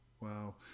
Wow